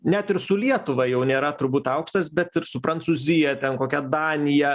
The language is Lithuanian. net ir su lietuva jau nėra turbūt aukštas bet ir su prancūzija ten kokia danija